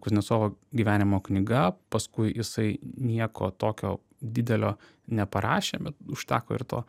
kuznecovo gyvenimo knyga paskui jisai nieko tokio didelio neparašė bet užteko ir to